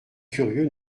curieux